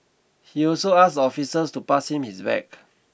he also asked officers to pass him his bag